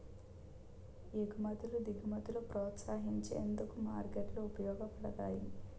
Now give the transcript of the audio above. ఎగుమతులు దిగుమతులను ప్రోత్సహించేందుకు మార్కెట్లు ఉపయోగపడతాయి